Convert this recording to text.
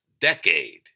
decade